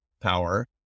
power